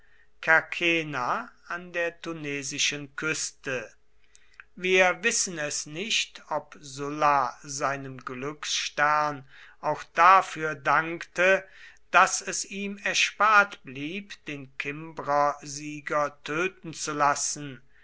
kerkina kerkena an der tunesischen küste wir wissen es nicht ob sulla seinem glücksstern auch dafür dankte daß es ihm erspart blieb den kimbrersieger töten zu lassen